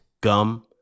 gum